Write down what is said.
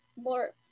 more